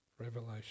revelation